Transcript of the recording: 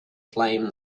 flame